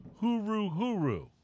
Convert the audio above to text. huru-huru